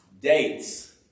dates